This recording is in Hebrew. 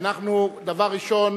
ואנחנו, דבר ראשון